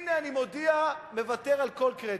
הנה, אני מודיע: מוותר על כל קרדיט.